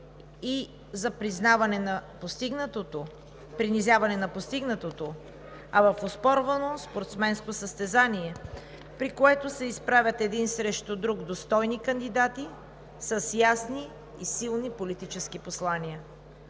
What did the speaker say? за очерняне на опонента и за принизяване на постигнатото, а в оспорвано спортсменско състезание, при което се изправят един срещу друг достойни кандидати с ясни и силни политически послания.